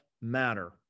matter